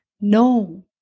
No